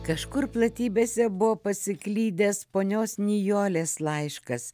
kažkur platybėse buvo pasiklydęs ponios nijolės laiškas